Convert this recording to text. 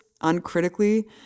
uncritically